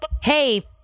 Hey